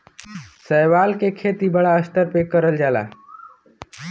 शैवाल के खेती बड़ा स्तर पे करल जाला